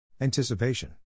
Anticipation